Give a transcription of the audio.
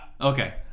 Okay